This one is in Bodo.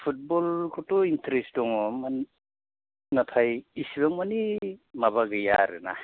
फुटबलखौथ' इन्टारेस्ट दङ माने नाथाय इसिबां मानि माबा गैया आरो ना